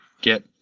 get